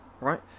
right